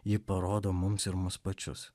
ji parodo mums ir mus pačius